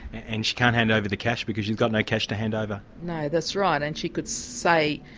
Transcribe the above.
and she can't hand over the cash because she's got no cash to hand over. no, that's right. and she could say,